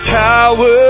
tower